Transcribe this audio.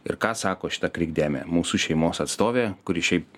ir ką sako šita krikdemė mūsų šeimos atstovė kuri šiaip